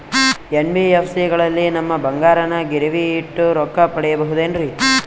NBFC ಗಳಲ್ಲಿ ನಮ್ಮ ಬಂಗಾರನ ಗಿರಿವಿ ಇಟ್ಟು ರೊಕ್ಕ ಪಡೆಯಬಹುದೇನ್ರಿ?